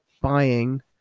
buying